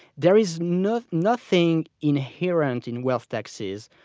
there is nothing nothing inherent in wealth taxes,